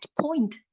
point